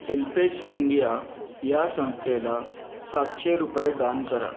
HelpAge India ह्या संस्थेला सातशे रुपये दान करा